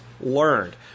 learned